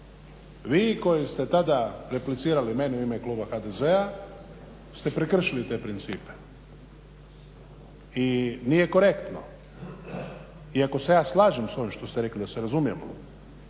Vi koji ste tada replicirali meni u ime kluba HDZ-a ste prekršili te principe. I nije korektno iako se ja slažem sa ovim što ste rekli da se razumijemo